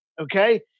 okay